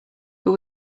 but